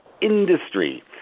industry